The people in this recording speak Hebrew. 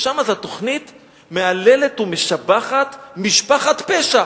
ושם התוכנית מהללת ומשבחת משפחת פשע.